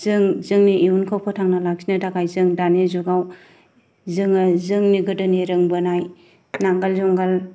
जों जोंनि इयुनखौ फोथांना लाखिनो थाखाय जों दानि जुगाव जोङो जोंनि गोदोनि रोंबोनाय नांगोल जुंगाल